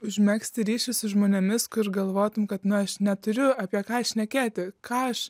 užmegzti ryšius su žmonėmis kur galvotum kad na aš neturiu apie ką šnekėti ką aš